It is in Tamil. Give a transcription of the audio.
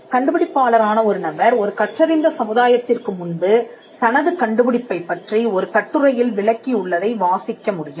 கண்டுபிடிப்பாளர் ஆன ஒரு நபர் ஒரு கற்றறிந்த சமுதாயத்திற்கு முன்பு தனது கண்டுபிடிப்பை பற்றி ஒரு கட்டுரையில் விளக்கியுள்ளதை வாசிக்கமுடியும்